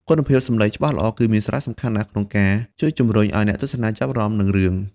គុណភាពសំឡេងច្បាស់ល្អ គឺមានសារៈសំខាន់ណាស់ក្នុងការជួយឲ្យអ្នកទស្សនាចាប់អារម្មណ៍នឹងរឿង។